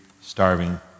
starving